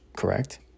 correct